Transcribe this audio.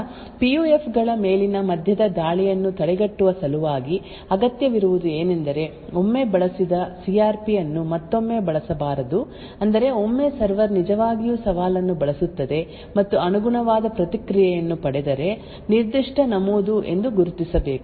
ಆದ್ದರಿಂದ P U F ಗಳ ಮೇಲಿನ ಮಧ್ಯದ ದಾಳಿಯನ್ನು ತಡೆಗಟ್ಟುವ ಸಲುವಾಗಿ ಅಗತ್ಯವಿರುವುದು ಏನೆಂದರೆ ಒಮ್ಮೆ ಬಳಸಿದ ಸಿ ಆರ್ ಪಿ ಅನ್ನು ಮತ್ತೊಮ್ಮೆ ಬಳಸಬಾರದು ಅಂದರೆ ಒಮ್ಮೆ ಸರ್ವರ್ ನಿಜವಾಗಿಯೂ ಸವಾಲನ್ನು ಬಳಸುತ್ತದೆ ಮತ್ತು ಅನುಗುಣವಾದ ಪ್ರತಿಕ್ರಿಯೆಯನ್ನು ಪಡೆದರೆ ನಿರ್ದಿಷ್ಟ ನಮೂದು ಎಂದು ಗುರುತಿಸಬೇಕು